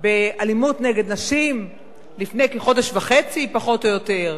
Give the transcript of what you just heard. באלימות נגד נשים לפני כחודש וחצי, פחות או יותר.